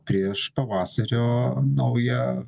prieš pavasario naują